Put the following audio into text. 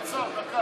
אחמד, תעצור.